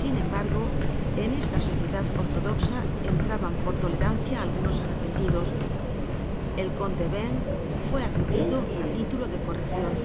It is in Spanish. sin embargo en esta sociedad ortodoxa entraban por tolerancia algunos arrepentidos el conde benh fue admitido á título de correccion